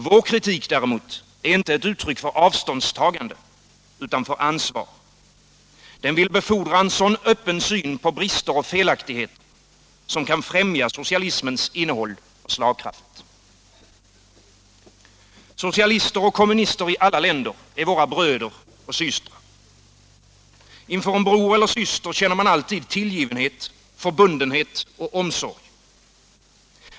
Vår kritik däremot är inte uttryck för avståndstagande utan för ansvar. Den vill befordra en sådan öppen syn på brister och felaktigheter som kan främja socialismens innehåll och slagkraft. Socialister och kommunister i alla länder är våra bröder och systrar. Inför en bror eller syster känner man alltid tillgivenhet, förbundenhet och omsorg.